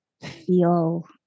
feel